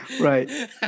Right